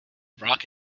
dirac